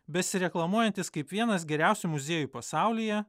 besireklamuojantis kaip vienas geriausių muziejų pasaulyje